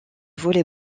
volley